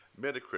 Metacritic